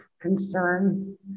concerns